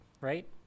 right